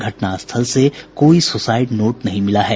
घटना स्थल से कोई सुसाइड नोट नहीं मिला है